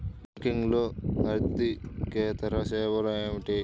బ్యాంకింగ్లో అర్దికేతర సేవలు ఏమిటీ?